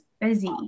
busy